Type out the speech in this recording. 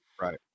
right